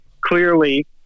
clearly